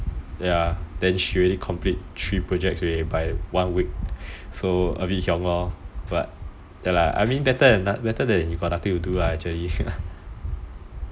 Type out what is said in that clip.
ya then she already complete three projects already by one week so a bit hiong lor but ya lah I mean better than you got nothing to do lah actually